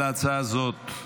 תודה על ההצעה הזאת.